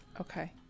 okay